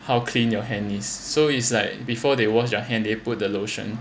how clean your hand is so is like before they wash your hand they put the lotion